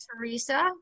Teresa